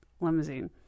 limousine